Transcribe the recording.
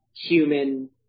human